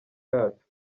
yacu